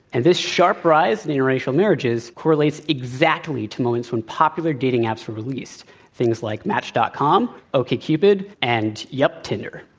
and this sharp rise in interracial marriages correlates exactly to moments when popular dating apps were released things like match. com, okcupid, and, yup, tinder.